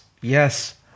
yes